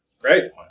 Great